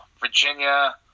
Virginia